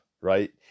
right